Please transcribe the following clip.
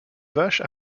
vache